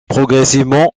progressivement